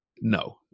no